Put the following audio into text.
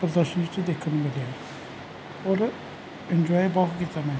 ਪ੍ਰਦਰਸ਼ਨੀ ਵਿੱਚ ਦੇਖਣ ਨੂੰ ਮਿਲਿਆ ਔਰ ਇੰਨਜੋਏ ਬਹੁਤ ਕੀਤਾ ਮੈਂ